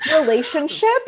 Relationship